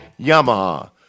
Yamaha